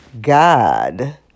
God